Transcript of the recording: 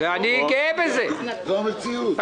זו המציאות.